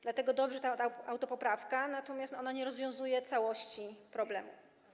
Dlatego dobrze, że jest ta autopoprawka, natomiast ona nie rozwiązuje całości problemu.